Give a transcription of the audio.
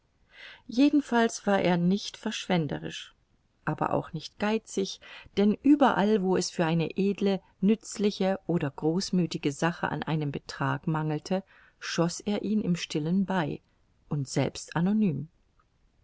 jedenfalls war er nicht verschwenderisch aber auch nicht geizig denn überall wo es für eine edle nützliche oder großmüthige sache an einem betrag mangelte schoß er ihn im stillen bei und selbst anonym